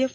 F